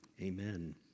amen